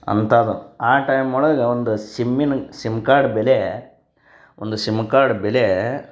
ಅಂಥದ್ದು ಆ ಟೈಮ್ ಒಳಗೆ ಒಂದು ಸಿಮ್ಮಿನ ಸಿಮ್ ಕಾರ್ಡ್ ಬೆಲೆ ಒಂದು ಸಿಮ್ ಕಾರ್ಡ್ ಬೆಲೆ